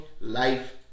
life